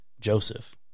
Joseph